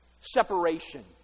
separation